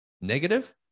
negative